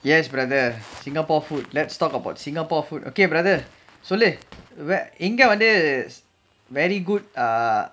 yes brother singapore food let's talk about singapore food okay brother சொல்லு எங்க வந்து:sollu engga vanthu very good ah